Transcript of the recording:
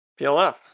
PLF